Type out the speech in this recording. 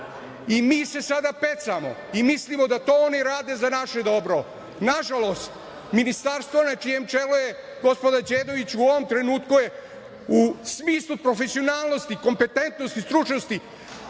i mi se sada pecamo i mislimo da to oni rade za naše dobro. Nažalost, ministarstvo na čijem čelu je gospođa Đedović u ovom trenutku je u smislu profesionalnosti, kompetentnosti, stručnosti